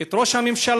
את ראש הממשלה